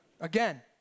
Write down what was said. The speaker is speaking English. again